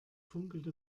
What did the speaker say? funkelte